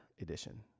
Edition